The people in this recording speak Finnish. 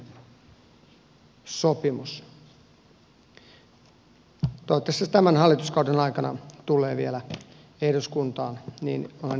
toivottavasti se tämän hallituskauden aikana tulee vielä eduskuntaan niin olen ymmärtänyt